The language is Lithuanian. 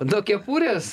nuo kepurės